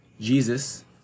Jesus